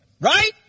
Right